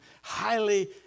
Highly